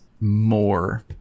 more